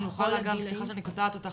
סליחה שאני קוטעת אותך,